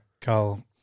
Carl